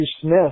Smith